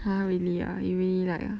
!huh! really ah you really like ah